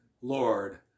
Lord